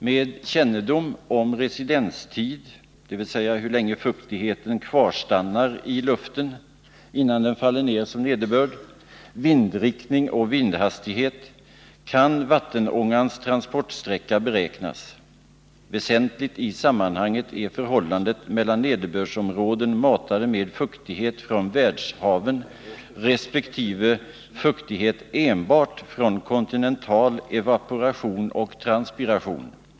Med kännedom om residenstid — dvs. hur länge fuktigheten kvarstannar i luften innan den faller ut som nederbörd -— vindriktning och vindhastighet kan vattenångans transportsträcka beräknas. Väsentligt i sammanhanget är förhållandet mellan nederbördsområden matade med fuktighet från världshaven resp. fuktighet enbart från kontinental evaporation och transpiration.